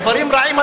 דברים רעים,